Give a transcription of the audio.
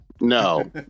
no